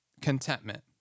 contentment